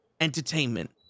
entertainment